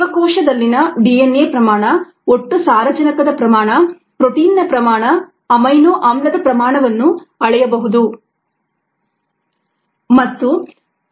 ಜೀವಕೋಶಗಳಲ್ಲಿನ DNA ಪ್ರಮಾಣ ಒಟ್ಟು ಸಾರಜನಕದ ಪ್ರಮಾಣ ಪ್ರೋಟೀನ್ನ ಪ್ರಮಾಣ ಅಮೈನೊ ಆಮ್ಲ ದ ಪ್ರಮಾಣವನ್ನು ಅಳೆಯಬಹುದು